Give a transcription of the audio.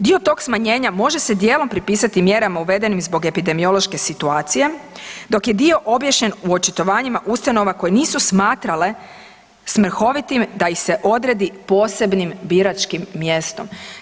Dio tog smanjenja može se dijelom pripisati mjerama uvedenim zbog epidemiološke situacije dok je dio obješen u očitovanjima ustanova koje nisu smatrale smehovitim da ih se odredi posebnim biračkim mjestom.